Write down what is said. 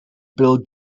bill